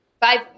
Five